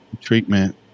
treatment